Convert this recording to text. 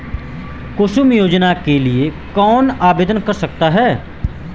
कुसुम योजना के लिए कौन आवेदन कर सकता है?